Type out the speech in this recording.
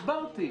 הסברתי.